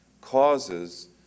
causes